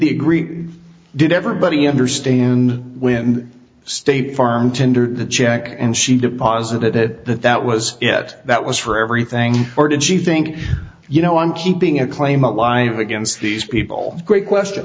they agree did everybody understand when state farm tendered the check and she deposit that was it that was for everything or did she think you know i'm keeping a claim alive against these people great question